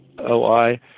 OI